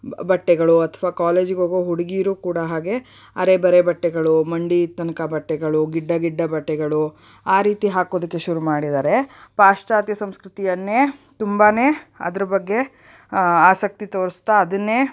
ಬಟ್ಟೆಗಳು ಅಥವಾ ಕಾಲೇಜಿಗೆ ಹೋಗೋ ಹುಡ್ಗಿಯರು ಕೂಡ ಹಾಗೆ ಅರೆ ಬರೆ ಬಟ್ಟೆಗಳು ಮಂಡಿ ತನಕ ಬಟ್ಟೆಗಳು ಗಿಡ್ಡ ಗಿಡ್ಡ ಬಟ್ಟೆಗಳು ಆ ರೀತಿ ಹಾಕೋದಕ್ಕೆ ಶುರು ಮಾಡಿದ್ದಾರೆ ಪಾಶ್ಚಾತ್ಯ ಸಂಸ್ಕೃತಿಯನ್ನೇ ತುಂಬಾ ಅದರ ಬಗ್ಗೆ ಆಸಕ್ತಿ ತೋರಿಸ್ತಾ ಅದನ್ನೇ